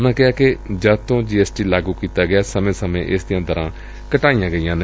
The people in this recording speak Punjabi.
ਉਨਾਂ ਕਿਹਾ ਕਿ ਜਦ ਤੋਂ ਜੀ ਐਸ ਟੀ ਲਾਗੁ ਕੀਤਾ ਗਿਐ ਸਮੇਂ ਸਮੇਂ ਇਸ ਦੀਆਂ ਦਰਾਂ ਘਟਈਆਂ ਗਈਆਂ ਨੇ